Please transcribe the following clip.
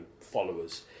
followers